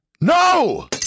No